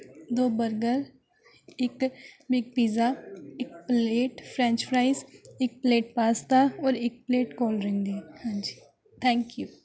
ਦੋ ਬਰਗਰ ਇੱਕ big pizza ਇੱਕ ਪਲੇਟ ਫਰੈਂਚ ਫਰਾਈਜ਼ ਇੱਕ ਪਲੇਟ ਪਾਸਤਾ ਔਰ ਇੱਕ ਪਲੇਟ ਕੋਲਡ ਡਰਿੰਕ ਦੀ ਹਾਂਜੀ ਥੈਂਕ ਯੂ